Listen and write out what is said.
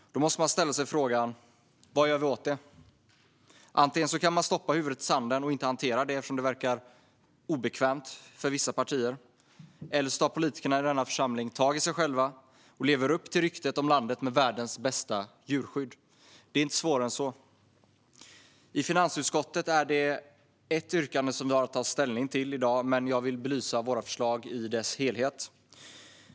Då måste man ställa sig frågan: Vad gör vi åt det? Antingen kan politikerna i denna församling stoppa huvudet i sanden och inte hantera det - detta verkar ju vara obekvämt för vissa partier - eller så kan de tag i sig själva och leva upp till ryktet om landet med världens bästa djurskydd. Det är inte svårare än så. I finansutskottet är det ett yrkande som vi har att ta ställning till i dag, men jag vill belysa våra förslag i deras helhet.